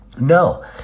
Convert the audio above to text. No